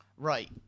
Right